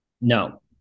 No